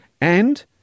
And-